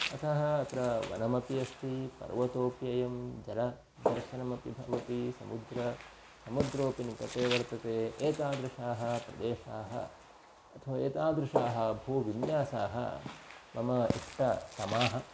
अतः अत्र वनमपि अस्ति पर्वतोप्ययं जलदर्शनमपि भवति समुद्रसमुद्रोऽपि निकटे वर्तते एतादृशाः प्रदेशाः अथवा एतादृशाः भूविन्यासाः मम इष्टतमाः